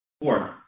Four